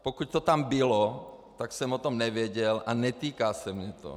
Pokud to tam bylo, tak jsem o tom nevěděl a netýká se mě to.